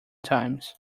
times